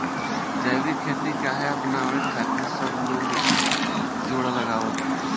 जैविक खेती काहे अपनावे खातिर सब लोग जोड़ लगावत बा?